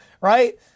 right